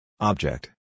Object